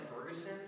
Ferguson